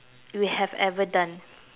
you have ever done